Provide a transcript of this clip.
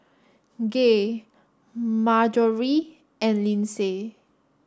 Gaye Marjorie and Lindsey